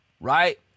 right